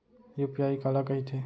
UPI काला कहिथे?